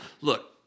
look